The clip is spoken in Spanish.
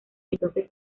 entonces